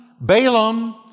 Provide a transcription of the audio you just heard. Balaam